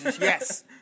yes